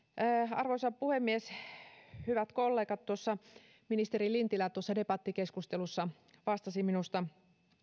arvoisa puhemies hyvät kollegat ministeri lintilä tuossa debattikeskustelussa vastasi minusta